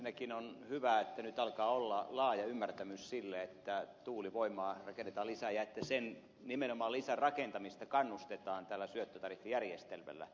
ensinnäkin on hyvä että nyt alkaa olla laaja ymmärtämys sille että tuulivoimaa rakennetaan lisää ja että sen nimenomaan lisärakentamista kannustetaan tällä syöttötariffijärjestelmällä